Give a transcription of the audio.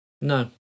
No